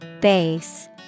Base